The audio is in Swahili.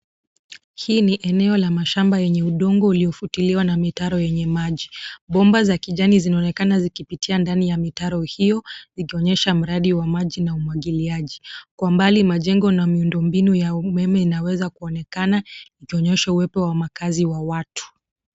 Hii ni eneo la mashamba yenye udongo ulio futuliwa na mitaro yenye maji. Bomba za kijani zinaonekana zikipitia ndani ya mtaro hiyo ikionyesha mradi wa maji a umwagiliaji. kwa mbali majengo na miundo mbinu ya umeme inaweza kuonekana ikionyesha uwepo wa makazi ya watu.